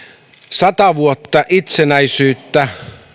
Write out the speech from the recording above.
sata vuotta itsenäisyyttä